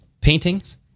paintings